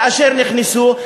כאשר נכנסו,